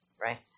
right